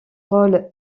rôle